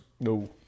No